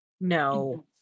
No